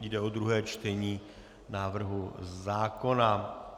Jde o druhé čtení návrhu zákona.